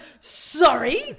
sorry